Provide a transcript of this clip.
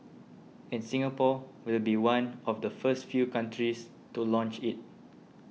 and Singapore will be one of the first few countries to launch it